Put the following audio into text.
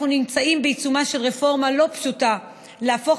אנחנו נמצאים בעיצומה של רפורמה לא פשוטה להפוך